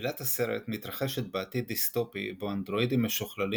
עלילת הסרט מתחשת בעתיד דיסטופי בו אנדרואידים משוכללים